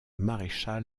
maréchal